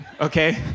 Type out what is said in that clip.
okay